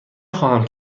نخواهم